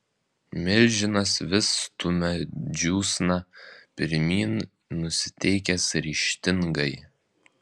milžinas vis stumia džiūsną pirmyn nusiteikęs ryžtingai